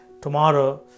tomorrow